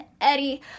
Eddie